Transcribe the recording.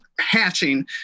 hatching